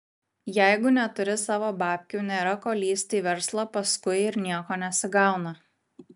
jeigu neturi savo babkių nėra ko lįsti į verslą paskui ir nieko nesigauna